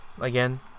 again